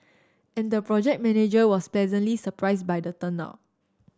and the project manager was pleasantly surprised by the turnout